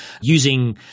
using